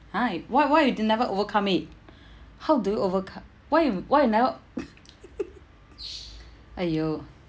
!huh! you why why you didn't never overcome it how do you overco~ why you why you never !aiyo!